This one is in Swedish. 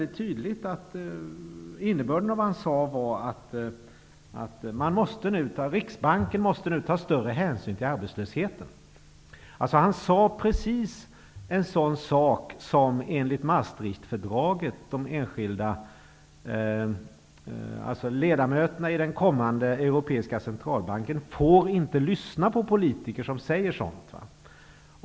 Innebörden av det han sade var att Riksbanken nu måste ta större hänsyn till arbetslösheten. Enligt Maastrichtfördraget får de enskilda ledamöterna i den kommande europeiska centralbanken inte lyssna på politiker som säger sådant.